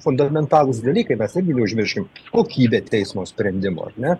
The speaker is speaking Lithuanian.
fundamentalūs dalykai mes irgi neužmirškim kokybė teismo sprendimo ar ne